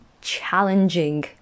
challenging